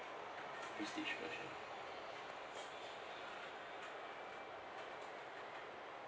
prestige version